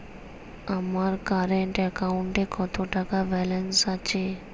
আমার কারেন্ট অ্যাকাউন্টে কত টাকা ব্যালেন্স আছে?